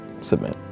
Submit